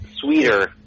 sweeter